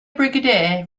brigadier